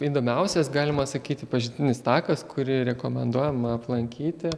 įdomiausias galima sakyti pažintinis takas kurį rekomenduojama aplankyti